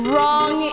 Wrong